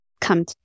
come